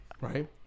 Right